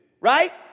right